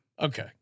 Okay